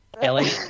Ellie